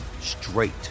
straight